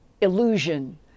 illusion